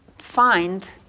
find